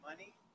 money